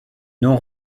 non